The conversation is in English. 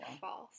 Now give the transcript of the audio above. False